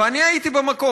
ואני הייתי במקום.